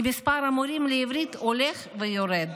כי מספר המורים לעברית הולך ויורד,